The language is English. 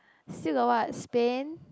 still got what Spain